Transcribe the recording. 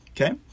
Okay